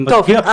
טוב,